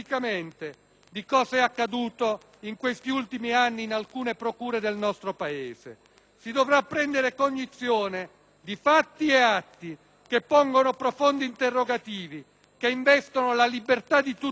Si dovrà prendere cognizione di fatti e atti che pongono profondi interrogativi, che investono la libertà di tutti i cittadini, la sicurezza dello Stato e la dignità stessa del sistema giudiziario.